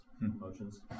emotions